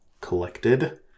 collected